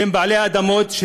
שהם בעלי אדמות,